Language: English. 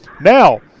Now